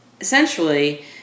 essentially